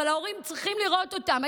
אבל ההורים צריכים לראות אותם.